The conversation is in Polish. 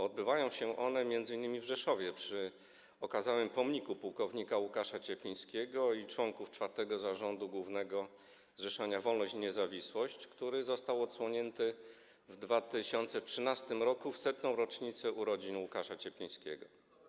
Odbywają się one m.in. w Rzeszowie przy okazałym pomniku płk. Łukasza Cieplińskiego i członków IV Zarządu Głównego Zrzeszenia Wolność i Niezawisłość, który został odsłonięty w 2013 r. w 100. rocznicę urodzin Łukasza Cieplińskiego.